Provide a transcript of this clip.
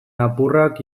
lapurrak